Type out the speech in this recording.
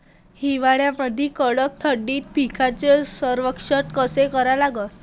हिवाळ्यामंदी कडक थंडीत पिकाचे संरक्षण कसे करा लागन?